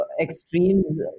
extremes